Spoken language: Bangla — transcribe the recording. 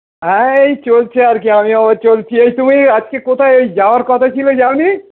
হ্যাঁ এই চলছে আর কি আমিও চলছি এই তুমি আজকে কোথায় যাওয়ার কথা ছিলো যাও নি